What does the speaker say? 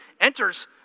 enters